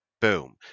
Boom